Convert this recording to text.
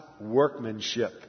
workmanship